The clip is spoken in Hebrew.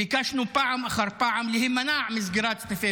ביקשנו פעם אחר פעם להימנע מסגירת סניפי